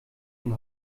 den